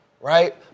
Right